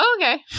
okay